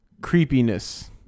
creepiness